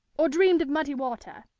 or dreamed of muddy water.